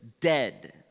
dead